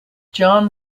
john